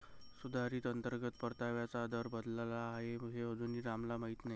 सुधारित अंतर्गत परताव्याचा दर बदलला आहे हे अजूनही रामला माहीत नाही